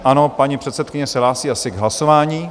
Ano, paní předsedkyně se hlásí asi k hlasování.